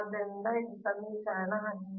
ಆದ್ದರಿಂದ ಇದು ಸಮೀಕರಣ 18 ಆಗಿದೆ